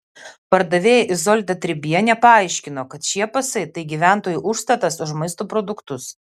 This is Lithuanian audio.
pardavėja izolda tribienė paaiškino kad šie pasai tai gyventojų užstatas už maisto produktus